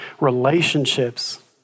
relationships